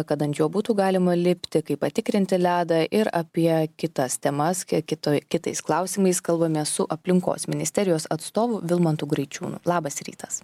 kad ant jo būtų galima lipti kaip patikrinti ledą ir apie kitas temas kiek kitoj kitais klausimais kalbamės su aplinkos ministerijos atstovu vilmantu graičiūnu labas rytas